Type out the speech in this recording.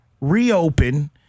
reopen